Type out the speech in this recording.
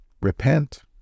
Repent